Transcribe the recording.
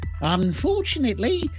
Unfortunately